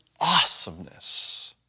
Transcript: awesomeness